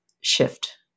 shift